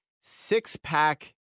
six-pack